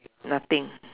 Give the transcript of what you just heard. nothing